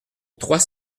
trois